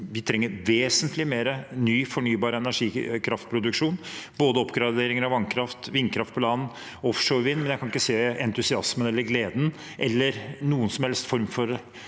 Vi trenger vesentlig mer ny fornybar kraftproduksjon, både opp gradering av vannkraft, vindkraft på land og offshore vind. Jeg kan ikke se entusiasmen eller gleden eller noe som helst når det